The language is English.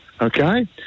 Okay